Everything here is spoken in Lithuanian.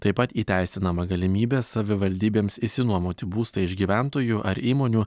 taip pat įteisinama galimybė savivaldybėms išsinuomoti būstą iš gyventojų ar įmonių